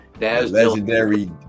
legendary